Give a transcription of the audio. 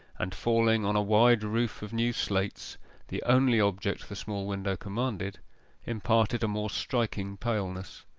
and falling on a wide roof of new slates the only object the small window commanded imparted a more striking paleness.